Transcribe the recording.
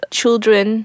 children